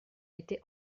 été